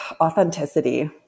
authenticity